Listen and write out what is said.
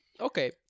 Okay